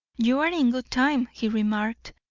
you are in good time, he remarked.